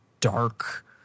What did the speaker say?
dark